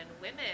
women